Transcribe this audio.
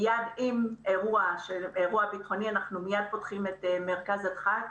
מייד עם תחילתו של אירוע ביטחוני אנחנו פותחים את מרכז הדחק.